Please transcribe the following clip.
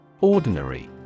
Ordinary